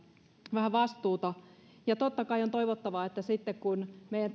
vähän vastuuta ja totta kai on toivottavaa että sitten kun meidän